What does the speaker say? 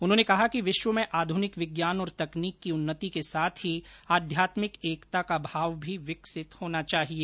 उन्होंने कहा कि विश्व में आधुनिक विज्ञान और तकनीक की उन्नति के साथ ही आध्यात्मिक एकता का भाव भी विकसित होना चाहिए